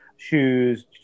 shoes